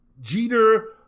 Jeter